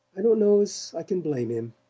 i don't know as i can blame him.